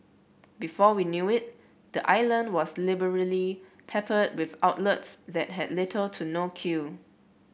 before we knew it the island was liberally peppered with outlets that had little to no queue